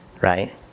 right